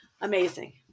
Amazing